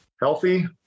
healthy